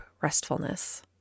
restfulness